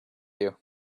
you